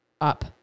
up